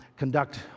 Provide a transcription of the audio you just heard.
conduct